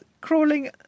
crawling